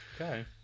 Okay